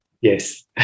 Yes